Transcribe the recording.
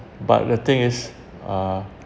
but the thing is uh